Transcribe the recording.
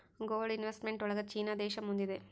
gold investment ಒಳಗ ಚೀನಾ ದೇಶ ಮುಂದಿದೆ